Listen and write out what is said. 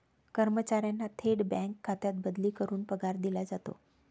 कर्मचाऱ्यांना थेट बँक खात्यात बदली करून पगार दिला जातो